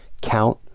count